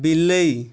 ବିଲେଇ